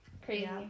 Crazy